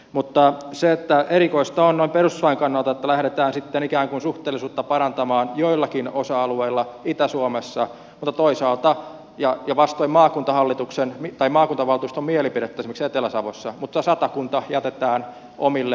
mutta erikoista on noin perustuslain kannalta että lähdetään sitten ikään kuin suhteellisuutta parantamaan joillakin osa alueilla itä suomessa ja vastoin maakuntavaltuuston mielipidettä esimerkiksi etelä savossa mutta satakunta jätetään omilleen